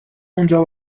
اونجا